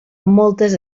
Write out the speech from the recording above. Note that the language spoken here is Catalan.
moltes